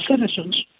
citizens